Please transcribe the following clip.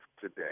today